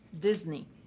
Disney